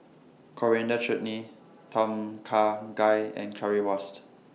Coriander Chutney Tom Kha Gai and Currywurst